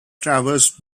traversed